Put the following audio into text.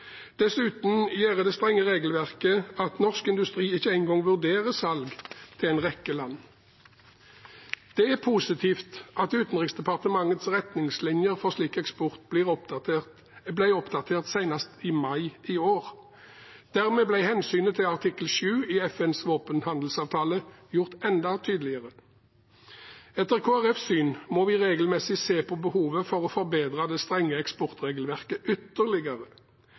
Dessuten gjør det strenge regelverket at norsk industri ikke engang vurderer salg til en rekke land. Det er positivt at Utenriksdepartementets retningslinjer for slik eksport ble oppdatert senest i mai i år. Dermed ble hensynet til artikkel 7 i FNs våpenhandelsavtale gjort enda tydeligere. Etter Kristelig Folkepartis syn må vi regelmessig se på behovet for å forbedre det strenge eksportregelverket ytterligere.